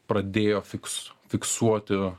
pradėjo fiks fiksuoti